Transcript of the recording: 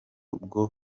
bwo